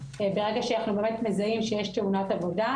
ברגע שאנחנו באמת מזהים שיש תאונת עבודה,